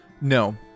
No